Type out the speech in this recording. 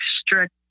strict